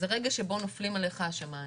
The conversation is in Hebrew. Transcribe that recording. רגע שבו נופלים עלייך השמיים.